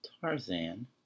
Tarzan